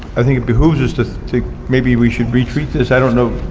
i think it behooves us, to to maybe we should retreat this, i don't know,